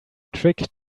trick